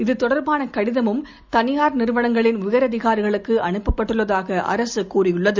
இது தொடர்பான கடிதமும் தனியார் நிறுவனங்களின் உயரதிகாரிகளுக்கு அனுப்பப்பட்டுள்ளதாக அரசு கூறியுள்ளது